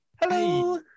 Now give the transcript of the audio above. Hello